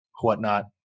whatnot